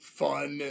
fun